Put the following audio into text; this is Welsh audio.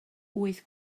wyth